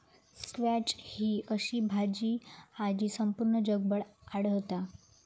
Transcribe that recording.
squash ही अशी भाजी हा जी संपूर्ण जगभर आढळता